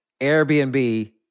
Airbnb